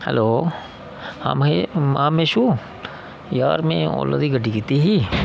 hello हां आं मेशु यार में ओला दी गड्डी कीती ही